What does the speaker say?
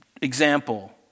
example